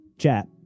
Chat